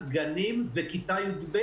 גנים וכיתה י"ב,